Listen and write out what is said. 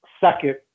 second